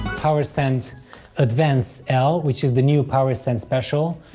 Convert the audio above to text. power sand advance l, which is the new power sand special.